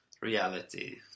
Reality